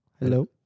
Hello